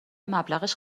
مبلغش